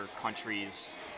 countries